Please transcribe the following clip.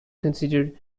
considered